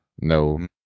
No